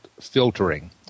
filtering